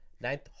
Ninth